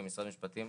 כמשרד המשפטים,